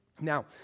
Now